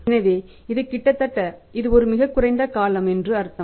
எனவே இது கிட்டத்தட்ட இது ஒரு மிகக்குறைந்த காலம் என்று அர்த்தம்